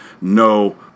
no